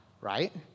Right